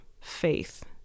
faith